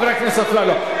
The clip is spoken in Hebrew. חבר הכנסת אפללו,